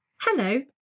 Hello